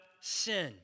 sin